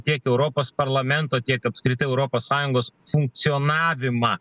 tiek europos parlamento tiek apskritai europos sąjungos funkcionavimą